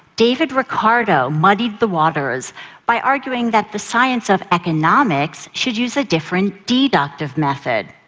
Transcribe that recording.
david ricardo muddied the waters by arguing that the science of economics should use a different, deductive method.